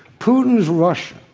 putin's russia,